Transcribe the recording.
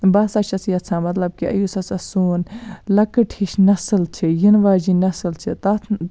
بہٕ ہَسا چھَس یَژھان مَطلَب کہِ یُس ہَسا سون لۄکٕٹ ہِش نَسل چھِ یِنہٕ واجیٚنۍ نَسل چھِ تتھ